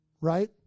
right